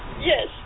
Yes